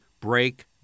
break